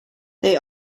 they